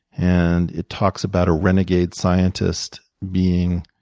and it talks about a renegade scientist being